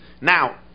now